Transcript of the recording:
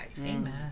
Amen